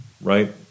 Right